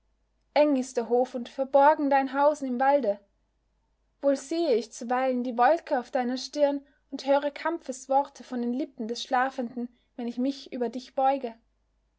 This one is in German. eng ist der hof und verborgen dein hausen im walde wohl sehe ich zuweilen die wolke auf deiner stirn und höre kampfesworte von den lippen des schlafenden wenn ich mich über dich beuge